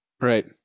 Right